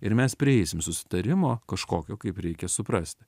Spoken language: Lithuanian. ir mes prieisim susitarimo kažkokio kaip reikia suprasti